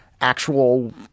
actual